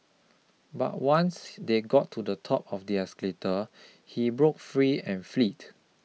but once they got to the top of the escalator he broke free and fled